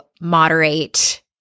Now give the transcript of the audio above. moderate